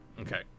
Okay